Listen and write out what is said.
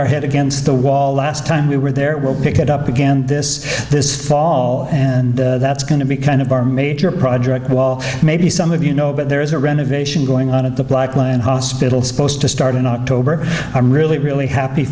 our head against the wall last time we were there will pick it up again this this fall and that's going to be kind of our major project wall maybe some of you know but there is a renovation going on at the hospital supposed to start in october i'm really really happy